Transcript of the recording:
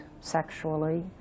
sexually